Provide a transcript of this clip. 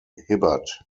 hibbert